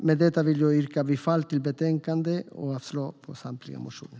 Med detta vill jag yrka bifall till förslaget i betänkandet och avslag på samtliga motioner.